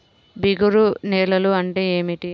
జిగురు నేలలు అంటే ఏమిటీ?